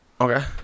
Okay